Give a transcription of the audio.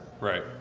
right